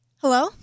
Hello